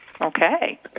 Okay